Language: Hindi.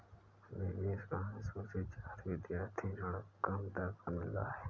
देवेश को अनुसूचित जाति विद्यार्थी ऋण कम दर पर मिला है